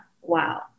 wow